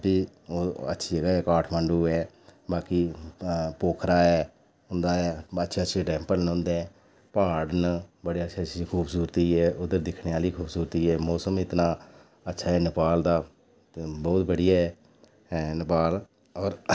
ते और अच्छी जगह् ऐ काठमाण्डु ऐ बाकी पुखरा ऐ उं'दा ऐ अच्छे अच्छे टैंपल न उं'दे प्हाड़ न बडे़ अच्छे अच्छे खूबसूरती ऐ उद्धर दिक्खने आह्ली खूबसूरती ऐ मौसम इतना अच्छा ऐ नेपाल दा ते बहुत बधिया ऐ नेपाल और